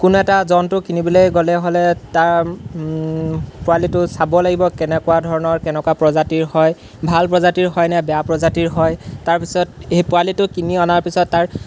কোনো এটা জন্তু কিনিবলৈ গ'লে হ'লে তাৰ পোৱালিটো চাব লাগিব কেনেকুৱা ধৰণৰ কেনেকুৱা প্ৰজাতিৰ হয় ভাল প্ৰজাতিৰ হয়নে বেয়া প্ৰজাতিৰ হয় তাৰপিছত সেই পোৱালিটো কিনি অনাৰ পিছত তাৰ